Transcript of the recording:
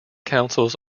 councils